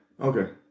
okay